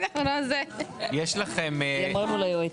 אמרתי ליועץ.